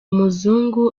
muzungu